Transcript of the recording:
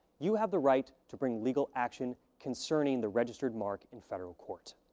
you have the right to bring legal action concerning the registered mark in federal court.